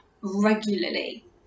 regularly